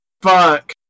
Fuck